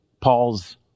Paul's